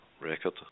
record